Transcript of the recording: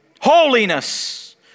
holiness